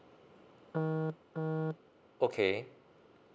okay